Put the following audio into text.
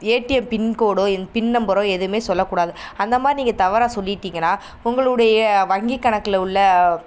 ATM PIN கோடோ PIN நம்பரோ எதுவுமே சொல்லக்கூடாது அந்த மாதிரி நீங்கள் தவறாக சொல்லிவிட்டீங்கன்னா உங்களுடைய வங்கி கணக்கில் உள்ள